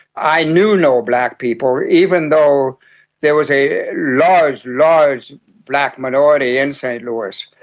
i knew no black people, even though there was a large, large black minority in st louis.